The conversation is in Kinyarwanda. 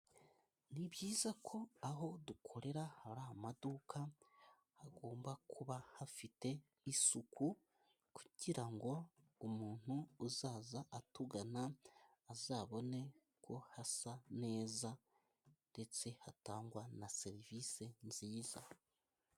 Ni byiza ko aho dukorera hari amaduka hagomba kuba hafite isuku kugira ngo umuntu uzaza atugana azabone ko hasa neza, ndetse hatangwa na serivisi nziza.